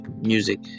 music